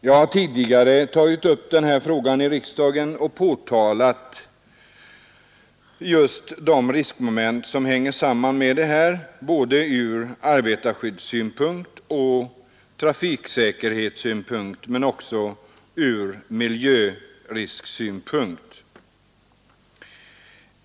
Jag har tidigare tagit upp denna fråga i riksdagen och påtalat detta riskmoment, både ur arbetarskyddsoch trafiksäkerhetssynpunkt och även med tanke på miljöriskerna.